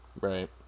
Right